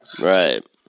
right